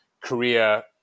Korea